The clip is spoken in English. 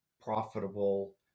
profitable